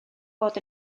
bod